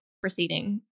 proceeding